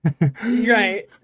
Right